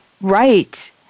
right